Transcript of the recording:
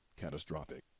catastrophic